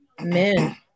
men